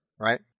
right